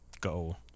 go